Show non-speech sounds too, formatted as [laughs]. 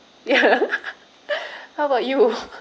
ya [laughs] how about you [laughs]